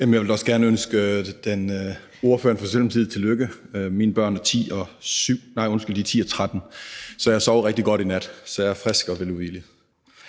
Jeg vil også gerne ønske ordføreren for Socialdemokratiet tillykke. Mine børn er 10 og 13 år, så jeg har sovet rigtig godt i nat, så jeg er frisk og veludhvilet.